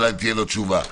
תהיה לו תשובה.